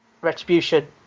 Retribution